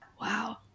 Wow